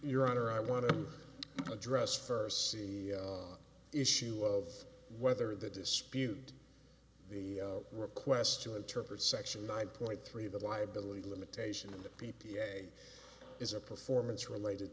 your honor i want to address first see the issue of whether the disputed the request to interpret section nine point three the liability limitation of b p a is a performance related